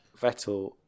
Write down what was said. Vettel